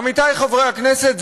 עמיתי חברי הכנסת,